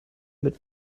mit